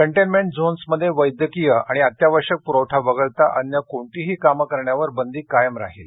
containment झोन्समध्ये वैद्यकीय आणि अत्यावश्यक पुरवठा वगळता अन्य कोणतीही कामे करण्यावर बंदी कायम राहील